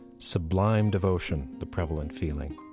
sublime devotion the prevalent feeling.